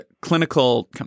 clinical